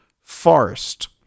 Forest